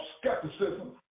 skepticism